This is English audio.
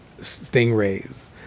stingrays